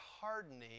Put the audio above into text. hardening